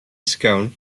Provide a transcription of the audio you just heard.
scone